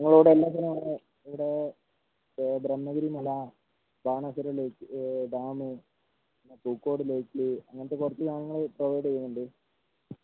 ഓ ഇവിടെ എല്ലാത്തിനും ഇവിടെ ബ്രഹ്മഗിരി മല ബാണാസുരലെയ്ക് ഡാമ് പൂക്കോട് ലെയ്ക്ക് അങ്ങനത്തെ കുറച്ച് സാധനങ്ങൾ പ്രൊവൈഡ് ചെയ്യുന്നുണ്ട്